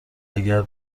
اگر